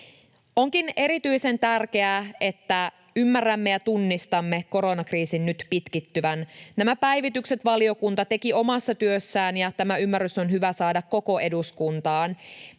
Onkin erityisen tärkeää, että ymmärrämme ja tunnistamme koronakriisin nyt pitkittyvän. Nämä päivitykset valiokunta teki omassa työssään, ja tämä ymmärrys on hyvä saada koko eduskuntaan.